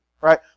Right